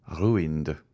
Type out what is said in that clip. Ruined